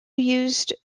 used